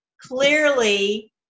clearly